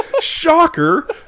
Shocker